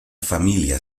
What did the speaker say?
familia